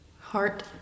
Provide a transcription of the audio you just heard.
heart